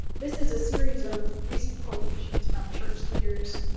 this is ah series of recent quotations from church leaders